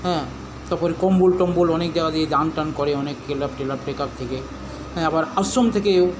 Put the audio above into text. হ্যাঁ তারপরে কম্বল টম্বল অনেক জায়গা দিয়ে দান টান করে অনেক ক্লাব ট্লাব থেকে হ্যাঁ আবার আশ্রম থেকেও